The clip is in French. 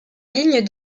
ligne